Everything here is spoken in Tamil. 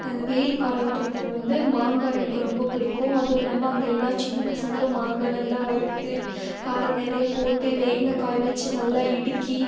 வெயில் காலம்ன்றதுனால் வந்து மாங்காய் எனக்கு ரொம்ப பிடிக்கும் அதுவும் இல்லாமல் அங்கே எல்லா சின்ன பசங்களும் மாங்காய் நல்லா அறுத்து காரம் நிறையா போட்டு வெயிலில் காய வச்சு நல்லா இடுக்கி